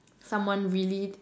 someone really